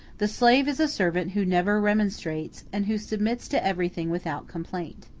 the slave is a servant who never remonstrates, and who submits to everything without complaint.